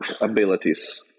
abilities